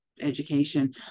education